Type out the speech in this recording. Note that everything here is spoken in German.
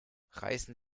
reißen